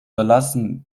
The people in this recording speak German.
verlassen